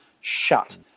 shut